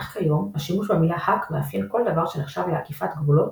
אך כיום השימוש במילה "האק" מאפיין כל דבר שנחשב לעקיפת גבולות